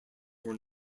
were